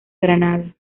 granada